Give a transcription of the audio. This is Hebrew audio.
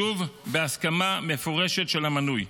שוב, בהסכמה מפורשת של המנוי,